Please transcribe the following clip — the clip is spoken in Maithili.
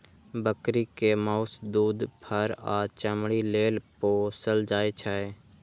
बकरी कें माउस, दूध, फर आ चमड़ी लेल पोसल जाइ छै